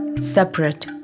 separate